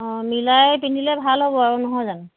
অঁ মিলাই পিন্ধিলে ভাল হ'ব আৰু নহয় জানো